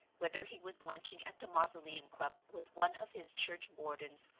whether he was lunching at the mausoleum club with one of his church wardens,